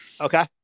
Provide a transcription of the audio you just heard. okay